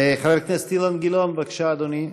חבר הכנסת אילן גילאון, בבקשה, אדוני,